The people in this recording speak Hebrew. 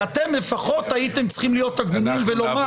אתם לפחות הייתם צריכים להיות הגונים ולומר